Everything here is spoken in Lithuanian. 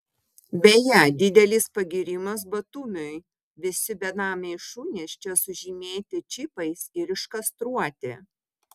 beje didelis pagyrimas batumiui visi benamiai šunys čia sužymėti čipais ir iškastruoti